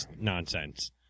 Nonsense